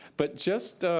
but just,